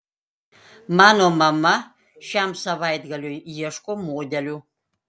mano mama šiam savaitgaliui ieško modelių